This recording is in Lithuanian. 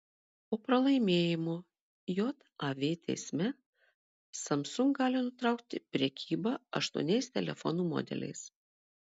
po pralaimėjimo jav teisme samsung gali nutraukti prekybą aštuoniais telefonų modeliais